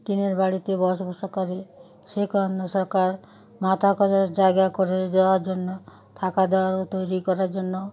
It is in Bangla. টিনের বাড়িতে বসবাস করে সেই কারণে সরকার মাথা গোঁজার জায়গা করে দেওয়ার জন্য থাকা দেওয়ার তৈরি করার জন্য